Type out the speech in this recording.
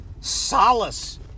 solace